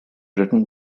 written